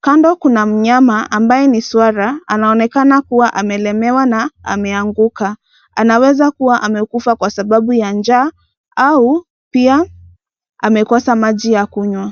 Kando kuna mnyama, ambaye ni swara, anaonekana kuwa amelemewa, na ameanguka, anaweza kuwa amekufa kwa sababu ya njaa, au pia amekosa maji ya kunywa.